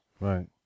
Right